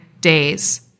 days